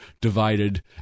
divided